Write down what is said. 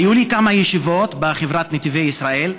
היו לי כמה ישיבות בחברת נתיבי ישראל,